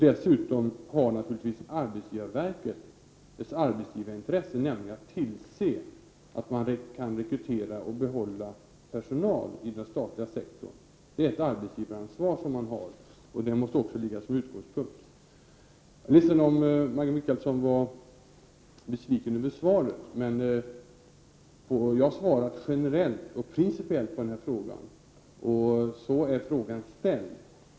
Dessutom har naturligtvis arbetsgivarverket ett arbetsgivarintresse, nämligenatt tillse att man kan rekrytera och behålla personal i den statliga sektorn. Det är ett ansvar man har som arbetsgivare, och det måste också vara en utgångspunkt. Jag är ledsen om Maggi Mikaelsson är besviken över svaret, men jag har svarat generellt och principiellt på frågan, och så är frågan ställd.